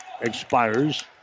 expires